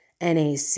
NAC